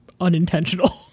unintentional